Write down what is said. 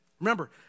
Remember